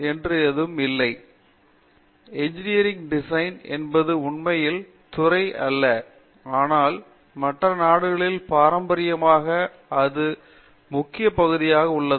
சரி பேராசிரியர் Srikanth Vedantam engineering design என்பது உண்மையில் துறை அல்ல ஆனால் மற்ற நாடுகளில் பாரம்பரியமாக அது முக்கிய பகுதியாக உள்ளது